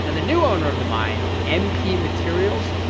and the new owner of the mine, mp materials,